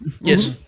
yes